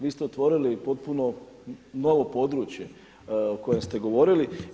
Vi ste otvorili potpuno novo područje o kojem ste govorili.